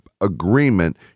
agreement